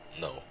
No